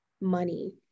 money